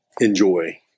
enjoy